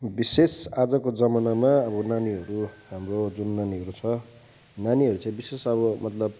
विशेष आजको जमानामा अब नानीहरू हाम्रो जुन नानीहरू छ नानीहरू चाहिँ विशेष अब मतलब